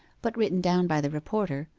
but written down by the reporter,